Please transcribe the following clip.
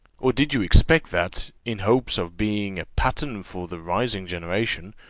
or did you expect that, in hopes of being a pattern for the rising generation,